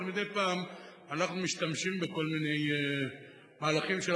אבל מדי פעם אנחנו משתמשים בכל מיני מהלכים של